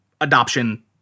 adoption